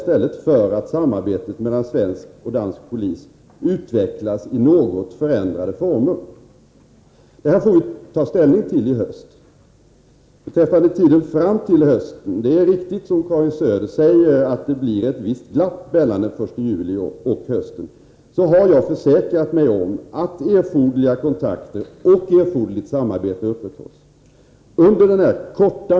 Det är det säkraste och bästa sättet att brygga över den klyfta som nu kommer att uppstå på grund av den utdräkt i tiden som narkotikakommissionens arbete har inneburit.